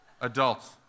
Adults